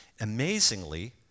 Amazingly